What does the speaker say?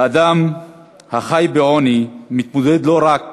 האדם החי בעוני מתמודד לא רק